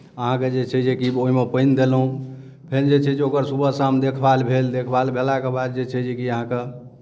अहाँके जे छै जेकि ओहिमे पानि देलहुँ फेर जे छै जे ओकर सुबह शाम देखभाल भेल देखभाल भेलाके बाद जे छै जेकि अहाँके